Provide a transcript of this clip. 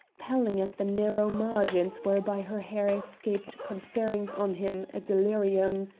paling at the narrow margins whereby her hair escaped conferring on him a delirium.